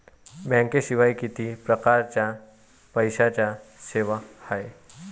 बँकेशिवाय किती परकारच्या पैशांच्या सेवा हाय?